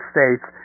States